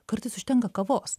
kartais užtenka kavos